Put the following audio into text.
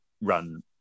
run